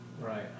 right